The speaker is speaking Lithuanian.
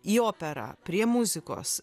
į operą prie muzikos